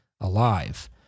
alive